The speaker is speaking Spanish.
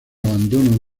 abandono